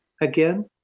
again